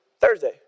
Thursday